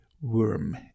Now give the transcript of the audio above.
Worm